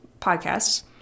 podcasts